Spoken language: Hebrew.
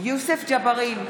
יוסף ג'בארין,